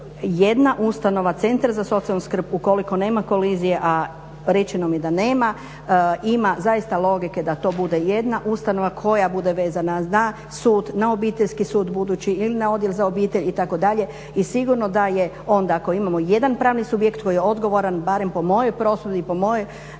jedna ustanova centra za socijalnu skrb ukoliko nema kolizije, a rečeno mi je da nema ima zaista logike da to bude jedna ustanova koja bude vezana na sud, na obiteljski sud budući ili na Odjel za obitelj itd. i sigurno da je onda ako imamo jedan pravni subjekt koji je odgovoran barem po mojoj prosudbi i po mom